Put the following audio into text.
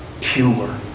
Pure